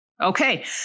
Okay